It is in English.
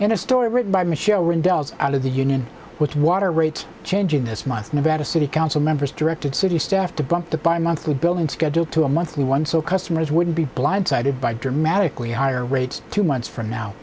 in a story written by michele rebels out of the union with water rates changing this month nevada city council members directed city staff to bump the bimonthly building schedule to a monthly one so customers wouldn't be blindsided by dramatically higher rates two months from now